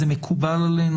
זה מקובל עלינו.